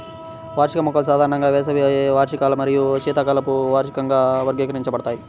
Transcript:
వార్షిక మొక్కలు సాధారణంగా వేసవి వార్షికాలు మరియు శీతాకాలపు వార్షికంగా వర్గీకరించబడతాయి